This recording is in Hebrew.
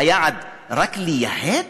היעד הוא רק לייהד?